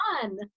fun